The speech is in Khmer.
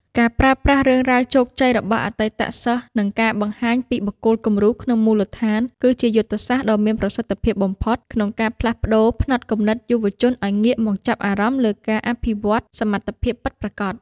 ការប្រើប្រាស់រឿងរ៉ាវជោគជ័យរបស់អតីតសិស្ស និងការបង្ហាញពីបុគ្គលគំរូក្នុងមូលដ្ឋាន គឺជាយុទ្ធសាស្ត្រដ៏មានប្រសិទ្ធភាពបំផុត ក្នុងការផ្លាស់ប្តូរផ្នត់គំនិតយុវជនឱ្យងាកមកចាប់អារម្មណ៍លើការអភិវឌ្ឍសមត្ថភាពពិតប្រាកដ។